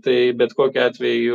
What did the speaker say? tai bet kokiu atveju